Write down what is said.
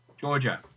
Georgia